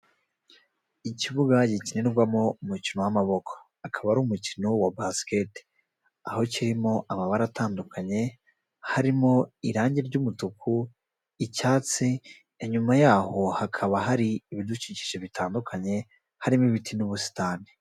Ikibuga gikinirwamo umukino w'amaboko, akaba ari umukino wa basket, aho kirimo amabara atandukanye harimo irangi ry'umutuku, icyatsi, inyuma yaho hakaba hari ibidukikije bitandukanye harimo ibiti n'ubusitani.